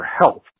health